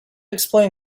explain